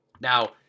Now